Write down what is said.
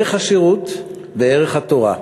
השירות וערך התורה,